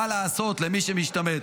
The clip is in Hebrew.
מה לעשות למי שמשתמט.